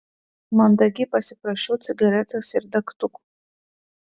mandagiai pasiprašau cigaretės ir degtukų